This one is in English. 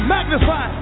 Magnify